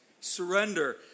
surrender